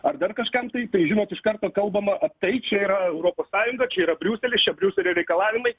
ar dar kažkam tai žinot iš karto kalbama a tai čia yra europos sąjunga čia yra briuselis čia briuselio reikalavimai